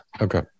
Okay